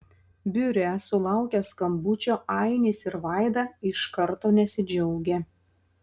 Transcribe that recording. biure sulaukę skambučio ainis ir vaida iš karto nesidžiaugia